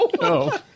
No